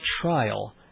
trial